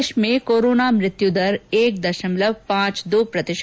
देश में कोरोना मृत्यु दर एक दशमलव पांच दो प्रतिशत है